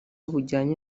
bujyanye